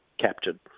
captured